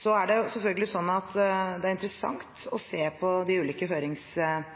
Så er det selvfølgelig sånn at det er interessant å se på de ulike